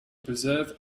preserve